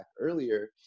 earlier